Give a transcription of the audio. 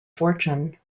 fortune